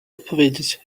opowiedzieć